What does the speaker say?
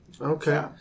Okay